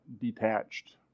detached